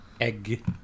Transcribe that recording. Egg